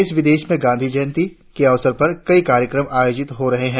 देश विदेश में गांधी जंयति के अवसर पर कई कार्यक्रम आयोजित हो रहे है